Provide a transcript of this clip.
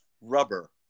Rubber